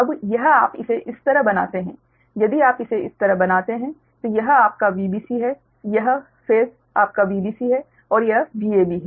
अब यह आप इसे इस तरह बनाते हैं यदि आप इसे इस तरह बनाते हैं तो यह आपका Vbc है यह फेस आपका Vbc है और यह Vab है